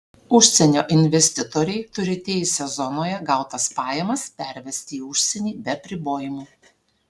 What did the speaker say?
užsienio investitoriai turi teisę zonoje gautas pajamas pervesti į užsienį be apribojimų